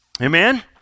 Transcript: Amen